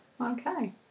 Okay